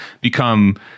become